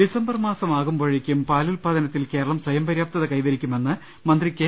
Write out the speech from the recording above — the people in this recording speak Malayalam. ഡിസംബർ മാസമാകുമ്പോഴേയ്ക്കും പാലുൽപാദനത്തിൽ കേരളം സ്വയം പര്യാപ്തത കൈവരിക്കുമെന്ന് മന്ത്രി കെ